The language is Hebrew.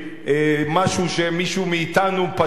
משהו שמישהו מאתנו פשע,